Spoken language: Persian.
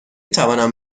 توانم